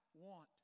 want